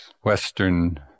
Western